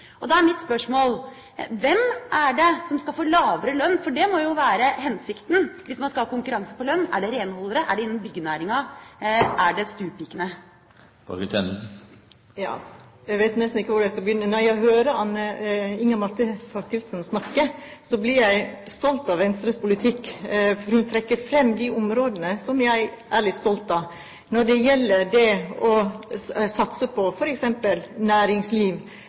Da er mitt spørsmål: Hvem er det som skal få lavere lønn, for det må jo være hensikten, hvis man skal ha konkurranse på lønn? Er det renholdere, er det de innen byggenæringa, er det stuepikene? Jeg vet nesten ikke hvor jeg skal begynne. Når jeg hører Inga Marte Thorkildsen snakke, blir jeg stolt av Venstres politikk. Hun trekker fram de områdene som jeg er litt stolt av. Når det gjelder å satse på